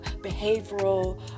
behavioral